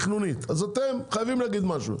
תכנונית אז אתם חייבים להגיד משהו.